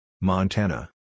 Montana